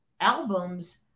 albums